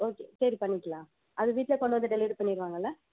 okay சரி பண்ணிக்கலாம் அது வீட்டில் கொண்டு வந்து டெலிவரி பண்ணிடுவாங்கள்ல